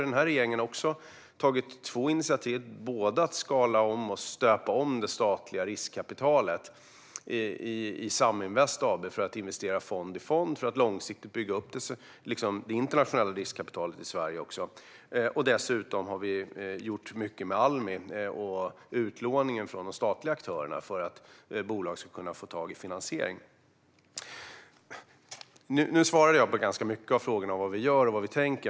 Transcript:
Den här regeringen har tagit två initiativ för att skala om och stöpa om det statliga riskkapitalet i Saminvest AB för att investera fond-i-fond för att långsiktigt bygga upp det internationella riskkapitalet i Sverige. Dessutom har vi gjort mycket genom Almi och utlåningen från de statliga aktörerna för att bolag ska kunna få tag i finansiering. Nu har jag svarat ganska mycket på frågan vad vi gör och vad vi tänker.